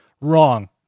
Wrong